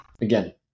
Again